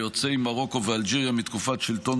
ליוצאי מרוקו ואלג'יריה מתקופת שלטון